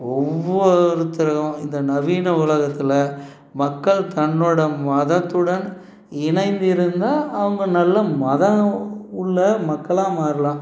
ஒவ்வொருத்தரும் இந்த நவீன உலகத்தில் மக்கள் தன்னோடய மதத்துடன் இணைந்து இருந்தால் அவங்க நல்ல மதம் உள்ளே மக்களாக மாறலாம்